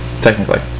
technically